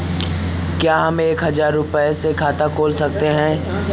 क्या हम एक हजार रुपये से खाता खोल सकते हैं?